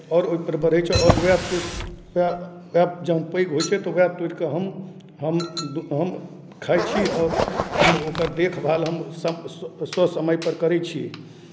आओर ओहिपर बढ़ै छै आओर उएह तोइ उएह उएह जखन पैघ होइ छै तऽ ओकरा तोड़ि कऽ हम हम हम खाइ छी आओर ओकर देखभाल हम ससमयपर करै छी